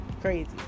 crazy